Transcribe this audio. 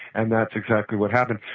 and that's exactly what happened.